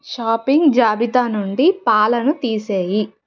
shopping జాబితా నుండి పాలను తీసేయి